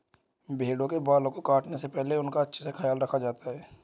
भेड़ों के बाल को काटने से पहले उनका अच्छे से ख्याल रखा जाता है